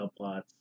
subplots